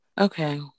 okay